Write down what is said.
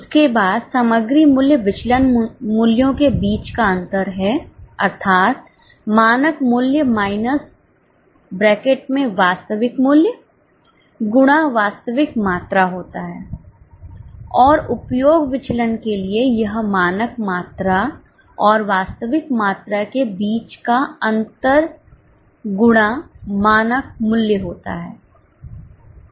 उसके बाद सामग्री मूल्य विचलन मूल्यों के बीच का अंतर है अर्थात मानक मूल्य माइनस ब्रैकेट में वास्तविक मूल्य गुणा वास्तविक मात्रा होता है और उपयोग विचलन के लिए यह मानक मात्रा और वास्तविक मात्रा के बीच का अंतर गुणा मानक मूल्य होता है